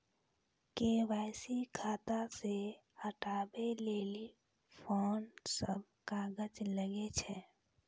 KYC खाता से हटाबै लेली कोंन सब कागज लगे छै?